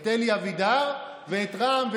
את אלי אבידר ואת רע"מ,